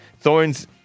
thorns